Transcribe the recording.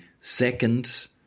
second